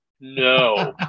No